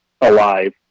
alive